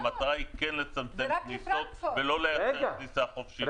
המטרה כן לצמצם טיסות ולא לאפשר טיסה חופשית